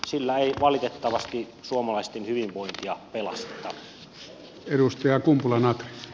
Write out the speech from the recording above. sillä ei valitettavasti suomalaisten hyvinvointia pelasteta